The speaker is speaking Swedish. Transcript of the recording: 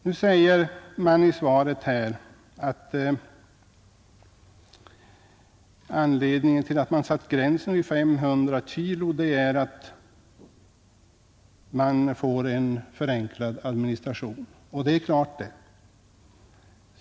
Nu sägs det i svaret att anledningen till att man satt gränsen vid 500 kg är att man får en förenklad administration. Ja, det är klart.